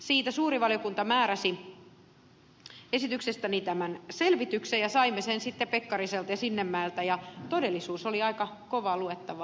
siitä suuri valiokunta määräsi esityksestäni tämän selvityksen ja saimme sen sitten pekkariselta ja sinnemäeltä ja todellisuus oli aika kovaa luettavaa